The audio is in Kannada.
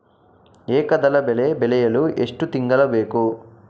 ಏಕದಳ ಬೆಳೆ ಬೆಳೆಯಲು ಎಷ್ಟು ತಿಂಗಳು ಬೇಕು?